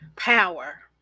Power